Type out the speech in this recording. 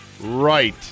Right